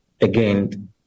again